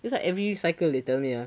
it's like every cycle they tell me ah